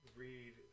read